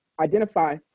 identify